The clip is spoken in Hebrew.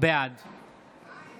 בעד